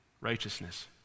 righteousness